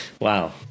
wow